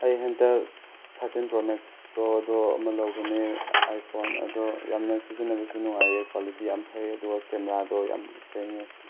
ꯑꯩ ꯍꯟꯗꯛ thirteen pro ꯃꯦꯛꯁꯇꯣ ꯑꯗꯣ ꯑꯃ ꯂꯧꯕꯅꯦ ꯑꯥꯏ ꯐꯣꯟ ꯑꯗꯣ ꯌꯥꯝꯅ ꯁꯤꯖꯤꯟꯅꯕꯁꯨ ꯅꯨꯡꯉꯥꯏꯌꯦ ꯀ꯭ꯋꯥꯂꯤꯇꯤ ꯌꯥꯝ ꯐꯩꯌꯦ ꯑꯗꯨꯒ ꯀꯦꯃꯦꯔꯥꯗꯣ ꯌꯥꯝ ꯁꯦꯡꯉꯦ